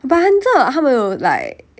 but 你知道他们有 like